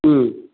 ꯎꯝ